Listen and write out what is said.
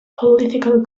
political